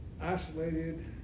isolated